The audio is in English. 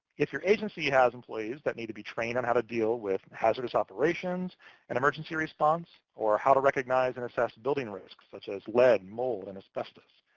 if your agency has employees that need to be trained on how to deal with hazardous operations and emergency response, or how to recognize and assess building risks such as lead, mold, and asbestos,